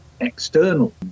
external